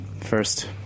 first